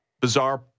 bizarre